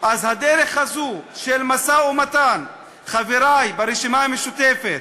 אז הדרך הזו של משא-ומתן, חברי ברשימה המשותפת,